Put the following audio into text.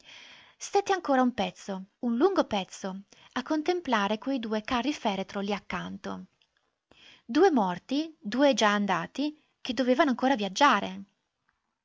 stette ancora un pezzo un lungo pezzo a contemplare quei due carri-feretro lì accanto due morti due già andati che dovevano ancora viaggiare